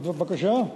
בבקשה?